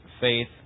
faith